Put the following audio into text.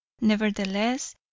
nevertheless